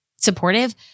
supportive